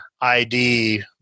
ID